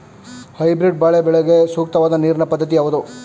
Hybrid ಬಾಳೆ ಬೆಳೆಗೆ ಸೂಕ್ತವಾದ ನೀರಿನ ಪದ್ಧತಿ ಯಾವುದು?